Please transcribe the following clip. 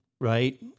right